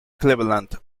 cleveland